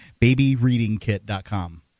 Babyreadingkit.com